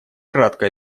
краткое